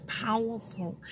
powerful